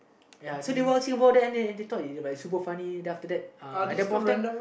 ya so they walk see walk there and they and they thought is like super funny then after that uh at that point of time